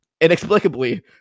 inexplicably